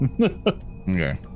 okay